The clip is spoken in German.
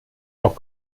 bock